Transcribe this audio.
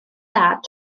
dad